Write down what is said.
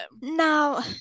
now